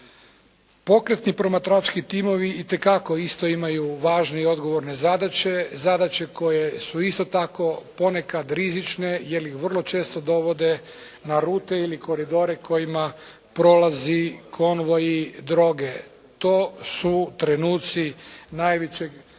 Pokretni promatrački timovi itekako isto imaju važne i odgovorne zadaće, zadaće koje su isto tako ponekad rizične jer ih vrlo često dovode na rute ili koridore kojima prolazi konvoji droge. To su trenuci najvećeg